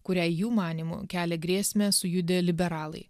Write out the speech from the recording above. kuriai jų manymu kelia grėsmę sujudę liberalai